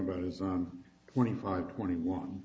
about is twenty five twenty one